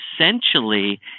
essentially